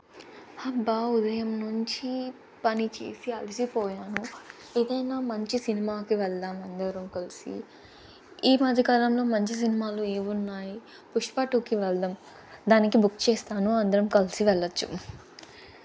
అబ్బా ఉదయం నుంచి పని చేసి అలిసిపోయాను ఏదైనా మంచి సినిమాకి వెళ్దాం అందరం కలిసి ఈ మధ్యకాలంలో మంచి సినిమాలు ఏవున్నాయి పుష్ప టూకి వెళ్దాం దానికి బుక్ చేస్తాను అందరం కలిసి వెళ్ళొచ్చు